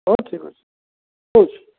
ହେଉ ଠିକ୍ ଅଛି ରହୁଛି